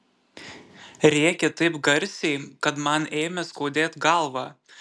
rėkė taip garsiai kad man ėmė skaudėt galvą